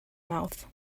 mouth